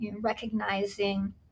recognizing